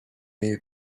need